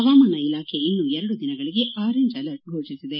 ಹವಾಮಾನ ಇಲಾಖೆ ಇನ್ನೂ ಎರಡು ದಿನಗಳಿಗೆ ಆರೆಂಜ್ ಅಲರ್ಟ್ ನೀಡಿದೆ